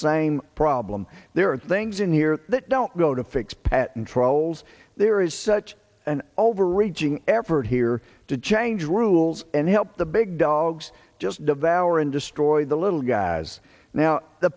same problem there are things in here that don't go to fix patent trolls there is such an overreaching effort here to change rules and help the big dogs just devour and destroy the little guys now the